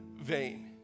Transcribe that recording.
vain